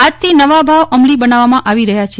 આજથી નવા ભાવ અમલી બનાવવામાં આવી રહયા છે